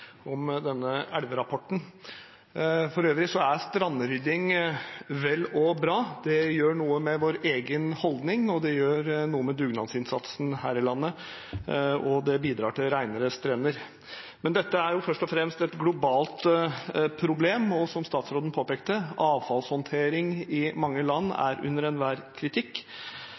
om denne elverapporten. For øvrig er strandrydding vel og bra, det gjør noe med vår egen holdning, det gjør noe med dugnadsinnsatsen her i landet, og det bidrar til renere strender. Men dette er først og fremst et globalt problem, og som statsråden påpekte, er avfallshåndteringen i mange land under enhver kritikk.